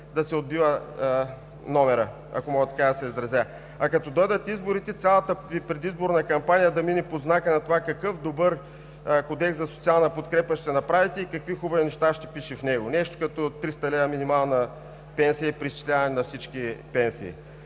да се отбива номерът, ако мога така да се изразя. А като дойдат изборите, цялата Ви предизборна кампания да мине под знака на това какъв добър Кодекс за социална подкрепа ще направите и какви хубави неща ще пише в него – нещо като 300 лв. минимална пенсия и преизчисляване на всички пенсии.